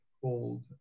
called